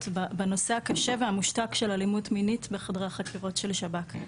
בנושא הקשה והמושתק של אלימות מינית בחדרי החקירות של השב"כ.